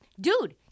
dude